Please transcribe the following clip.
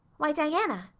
why, diana,